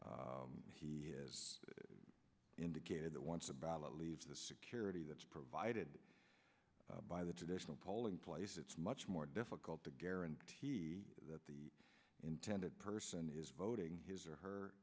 ballots indicated that once a ballot leaves the security that's provided by the traditional polling place it's much more difficult to guarantee that the intended person is voting his or her